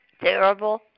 terrible